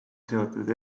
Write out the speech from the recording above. seotud